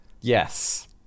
Yes